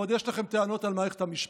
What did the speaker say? ועוד יש לכם טענות על מערכת המשפט.